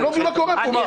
אני לא מבין מה קורה פה.